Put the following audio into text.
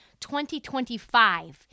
2025